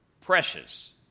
precious